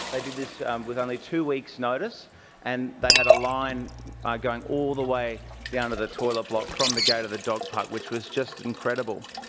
they did this with only two weeks' notice and they had a line going all the way down to the toilet block from the gate of the dog park, which was just incredible.